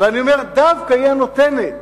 ואני אומר: דווקא היא הנותנת,